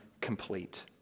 complete